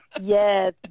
Yes